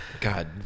God